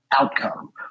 outcome